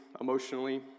emotionally